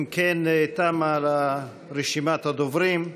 אם כן, תמה רשימת הדוברים.